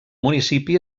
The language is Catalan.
municipi